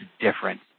different